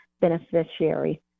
beneficiary